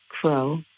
Crow